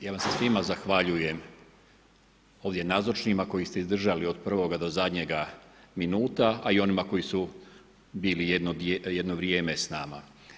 Ja vam se svima zahvaljujem ovdje nazočnima koji ste izdržali od prvoga do zadnjega minuta, a i onima koji su bili jedno vrijeme s nama.